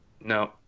No